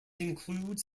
includes